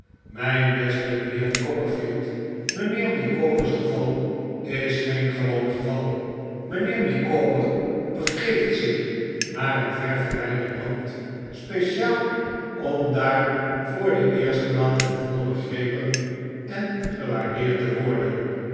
mijn beste mijnheer copperfield mijnheer micawber's geval is geen gewoon geval mijnheer micawber begeeft zich naar een ver verwijderd land speciaal om daar voor de eerste maal ten voile begrepen en gewaardeerd te worden